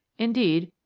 indeed,